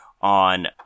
on